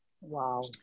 Wow